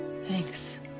thanks